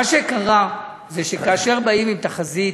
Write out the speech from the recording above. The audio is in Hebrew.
מה שקרה זה שכאשר באים עם תחזית,